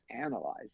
analyze